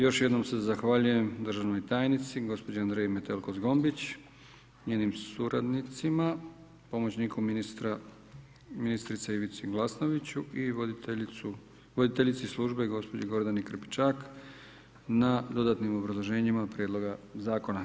Još jedno se zahvaljujem državnoj tajnici, gospođi Andreji Metelko-Zgombić, njenim suradnicima, pomoćniku ministrice Ivice Glasnoviću i voditeljici službe, gospođi Gordani Krpičak na dodatnim obrazloženjima Prijedloga zakona.